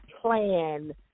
plan